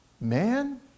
Man